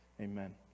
Amen